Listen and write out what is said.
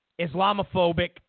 Islamophobic